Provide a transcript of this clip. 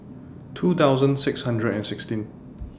two thousand six hundred and sixteen